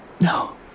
No